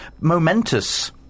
momentous